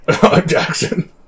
Jackson